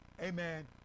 amen